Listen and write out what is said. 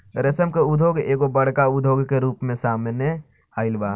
रेशम के उद्योग एगो बड़का उद्योग के रूप में सामने आइल बा